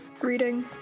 reading